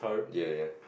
ya ya